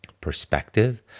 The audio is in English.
perspective